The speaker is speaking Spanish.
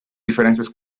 diferencias